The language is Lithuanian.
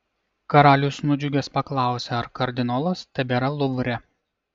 karalius nudžiugęs paklausė ar kardinolas tebėra luvre